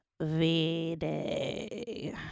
V-Day